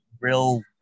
real